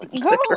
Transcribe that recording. go